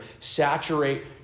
Saturate